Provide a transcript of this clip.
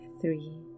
three